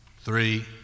three